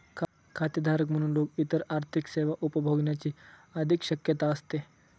खातेधारक म्हणून लोक इतर आर्थिक सेवा उपभोगण्याची अधिक शक्यता असते